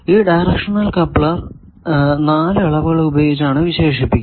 ഈ directional coupler 4 അളവുകൾ ഉപയോഗിച്ചാണ് വിശേഷിപ്പിക്കുക